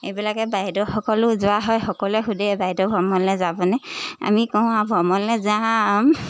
এইবিলাকে বাইদেউ সকলো যোৱা হয় সকলোৱে সুধে বাইদেউ ভ্ৰমণলৈ যাবনে আমি কওঁ আৰু ভ্ৰমণলৈ যাম